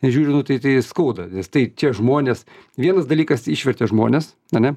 nežiūriu nu tai skauda nes tai čia žmonės vienas dalykas išvertė žmonės ane